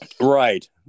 Right